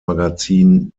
magazin